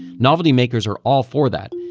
novelty makers are all for that.